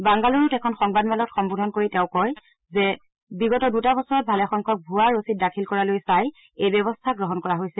বাংগালুৰুত এখন সংবাদমেলক সম্বোধন কৰি তেওঁ কয় যে বিগত দুটা বছৰত ভালেসংখ্যক ভূৱা ৰচিদ দাখিল কৰালৈ চাই এই ব্যৱস্থা গ্ৰহণ কৰা হৈছে